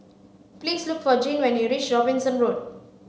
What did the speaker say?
please look for Gene when you reach Robinson Road